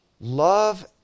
love